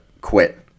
quit